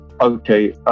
Okay